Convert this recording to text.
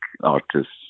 artists